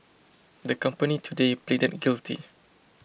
the company today pleaded guilty